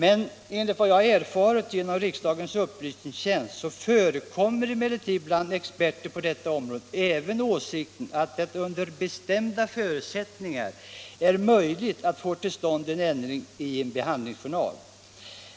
Enligt vad jag erfarit genom riksdagens upplysningstjänst förekommer emellertid bland experter på detta område även åsikten att det under bestämda förutsättningar är möjligt att få till stånd en ändring i en behandlingsjournal.